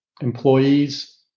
employees